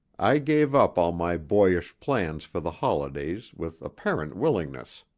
i gave up all my boyish plans for the holidays with apparent willingness.